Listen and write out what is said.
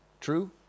true